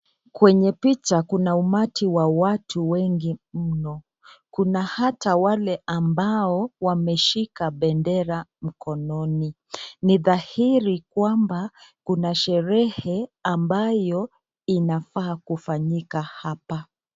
Kwenye picha kuna umati wa watu wengi mno. Kuna ata wale ambao wameshika bendera mkononi. Ni dhairi kwamba kuna sherehe ambayo inafaa kufanyika hapa.